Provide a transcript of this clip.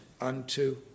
unto